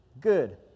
Good